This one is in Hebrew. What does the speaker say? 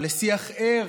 לשיח ער,